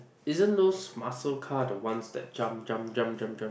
isn't those muscle car the ones that jump jump jump jump jump